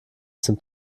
zum